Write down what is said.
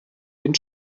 den